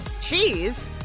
Cheese